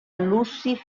luci